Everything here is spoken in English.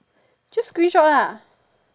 just screenshot lah